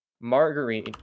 margarine